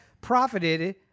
profited